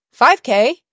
5K